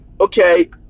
okay